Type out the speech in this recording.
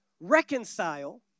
reconcile